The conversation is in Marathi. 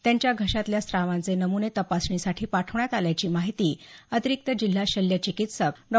त्यांच्या घशातल्या स्त्रावाचे नमुने तपासणीसाठी पाठवण्यात आल्याची माहिती अतिरिक्त जिल्हा शल्य चिकित्सक डॉ